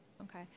Okay